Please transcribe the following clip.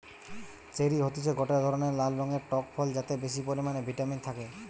cherry হতিছে গটে ধরণের লাল রঙের টক ফল যাতে বেশি পরিমানে ভিটামিন থাকে